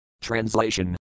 Translation